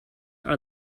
are